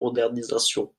modernisation